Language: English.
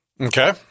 Okay